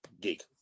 geek